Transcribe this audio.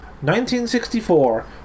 1964